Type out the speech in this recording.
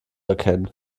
erkennen